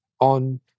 on